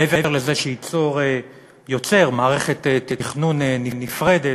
מעבר לזה שהוא יוצר מערכת תכנון נפרדת,